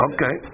Okay